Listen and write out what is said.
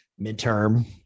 midterm